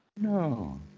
No